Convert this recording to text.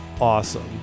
awesome